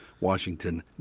Washington